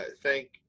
thank